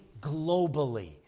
globally